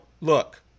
look